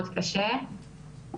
בלי רצון שלהם.